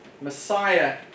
Messiah